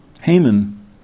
Haman